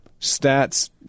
stats